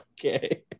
Okay